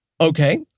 Okay